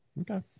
Okay